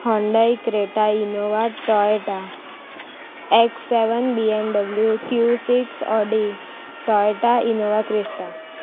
Hyundai Creta Innova Toyota X seven BMW Q six Audi Toyota Innova Crysta